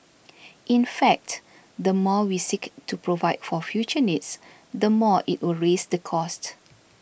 in fact the more we seek to provide for future needs the more it will raise the cost